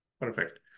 perfect